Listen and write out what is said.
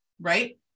right